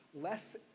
less